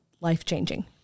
life-changing